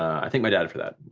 i thank my dad for that.